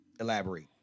Elaborate